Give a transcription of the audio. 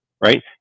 right